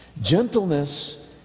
Gentleness